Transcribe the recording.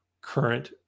current